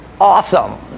awesome